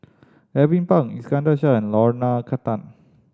Alvin Pang Iskandar Shah and Lorna